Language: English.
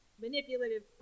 manipulative